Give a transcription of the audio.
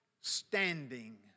standing